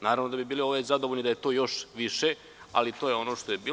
Naravno da bi bili zadovoljni da je to još više, ali to je ono što je bilo.